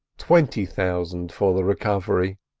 twenty thousand for the recovery